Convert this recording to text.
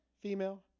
female